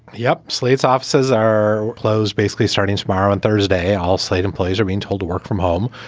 yep. slate's offices are closed basically starting tomorrow on thursday. all slate employees are being told to work from home.